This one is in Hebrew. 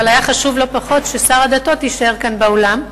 אבל היה חשוב לא פחות ששר הדתות יישאר כאן באולם,